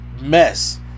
mess